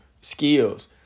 skills